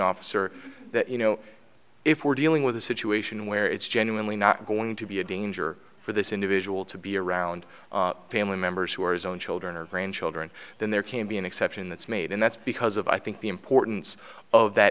officer that you know if we're dealing with a situation where it's genuinely not going to be a danger for this individual to be around family members who are his own children or grandchildren then there can be an exception that's made and that's because of i think the importance of that